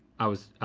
i was